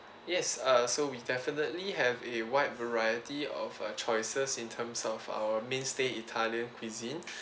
yes uh so we definitely have a wide variety of err choices in terms of our mainstay italian cuisine